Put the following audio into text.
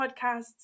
podcasts